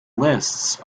lists